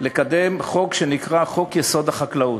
לקדם חוק שנקרא: חוק-יסוד: החקלאות.